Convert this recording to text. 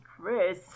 Chris